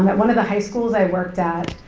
but one of the high schools i worked at,